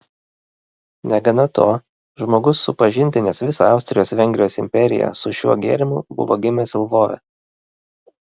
negana to žmogus supažindinęs visą austrijos vengrijos imperiją su šiuo gėrimu buvo gimęs lvove